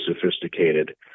sophisticated